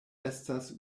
estas